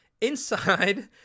Inside